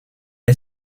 est